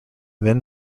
then